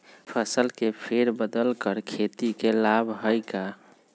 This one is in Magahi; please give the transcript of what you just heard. फसल के फेर बदल कर खेती के लाभ है का?